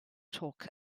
chalk